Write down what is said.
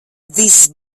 viss